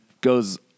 goes